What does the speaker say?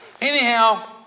Anyhow